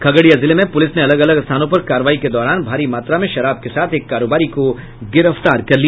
खगड़िया जिले में पुलिस ने अलग अलग स्थानों पर कार्रवाई के दौरान भारी मात्रा में शराब के साथ एक कारोबारी को गिरफ्तार किया